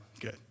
Good